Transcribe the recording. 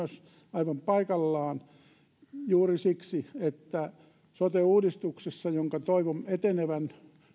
aivan paikallaan juuri siksi että sote uudistuksessa jonka toivon etenevän